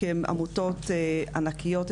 כי הן עמותות ענקיות,